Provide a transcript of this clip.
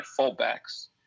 fullbacks